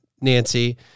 Nancy